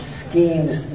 schemes